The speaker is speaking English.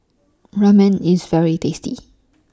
Ramen IS very tasty